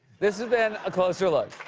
this has been a closer look.